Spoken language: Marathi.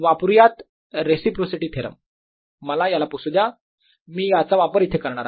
वापरुयात रेसिप्रोसिटी थेरम मला याला पुसू द्या मी याचा वापर इथे करणार आहे